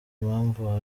impamvu